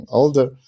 older